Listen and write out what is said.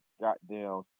goddamn